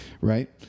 right